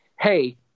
hey